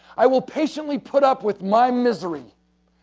i will patiently put up with my misery.